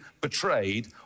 betrayed